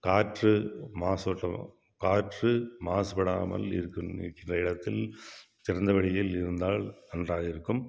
காற்று மாசற்ற காற்று மாசுபடாமல் இருக்கும் இருக்கின்ற இடத்தில் திறந்த வெளியில் இருந்தால் நன்றாக இருக்கும்